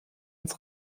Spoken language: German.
als